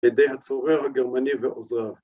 ‫לידי הצורר הגרמני ועוזריו.